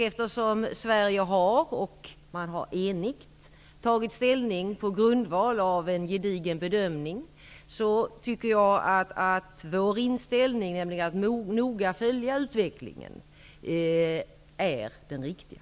Eftersom man i Sverige, på grundval av en gedigen bedömning, enigt tagit ställning, tycker jag att vår inställning att noga följa utvecklingen, är den riktiga.